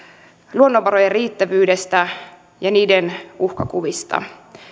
luonnonvarojen riittävyydestä ja niiden uhkakuvista